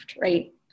Right